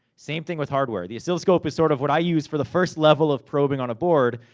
same thing with hardware. the oscilloscope is, sort of, what i use for the first level of probing on a board,